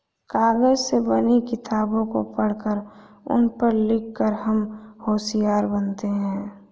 कागज से बनी किताबों को पढ़कर उन पर लिख कर हम होशियार बनते हैं